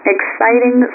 Exciting